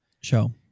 show